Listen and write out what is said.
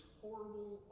horrible